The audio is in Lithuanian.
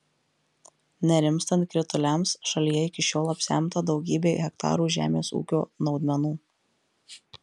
nerimstant krituliams šalyje iki šiol apsemta daugybė hektarų žemės ūkio naudmenų